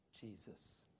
Jesus